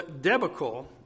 debacle